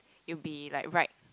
will be like right